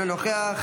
אינו נוכח,